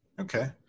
Okay